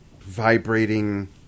vibrating